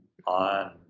on